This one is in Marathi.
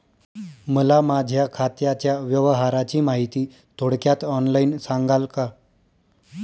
मला माझ्या खात्याच्या व्यवहाराची माहिती थोडक्यात ऑनलाईन सांगाल का?